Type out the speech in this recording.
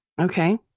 Okay